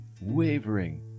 wavering